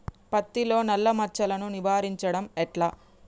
పత్తిలో నల్లా మచ్చలను నివారించడం ఎట్లా?